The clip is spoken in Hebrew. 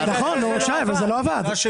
נכון אבל זה לא עבד.